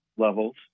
Levels